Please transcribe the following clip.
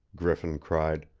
griffin cried.